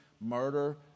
murder